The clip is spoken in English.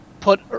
put